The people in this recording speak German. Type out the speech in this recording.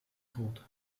tod